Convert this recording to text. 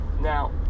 now